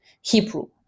Hebrew